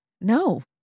No